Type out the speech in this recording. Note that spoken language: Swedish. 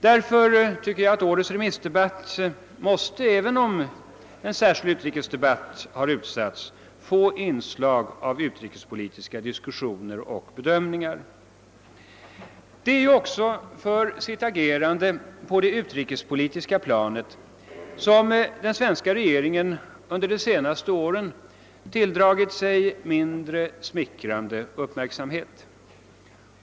Därför tycker jag att årets remissdebatt, även om en särskild utrikesdebatt har utsatts, måste få inslag av utrikespolitiska diskussioner och bedömningar. Det är också för sitt agerande på det utrikespolitiska planet som den svenska regeringen under de senaste åren tilldragit sig mindre smickrande uppmärksamhet.